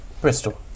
Bristol